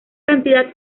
cantidad